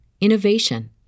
innovation